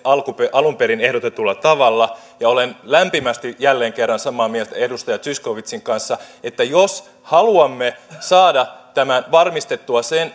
alun perin ehdotetulla tavalla ja olen lämpimästi jälleen kerran samaa mieltä edustaja zyskowiczin kanssa että jos haluamme saada varmistettua sen